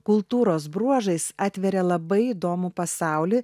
kultūros bruožais atveria labai įdomų pasaulį